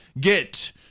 get